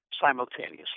simultaneously